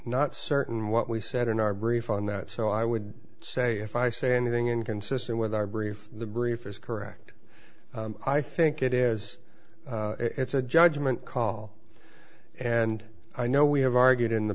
certain what we said in our brief on that so i would say if i say anything inconsistent with our brief the brief is correct i think it is it's a judgment call and i know we have argued in the